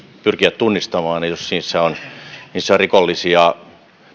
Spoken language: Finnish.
pyrkiä tunnistamaan jos tässä toiminnassa on rikollisia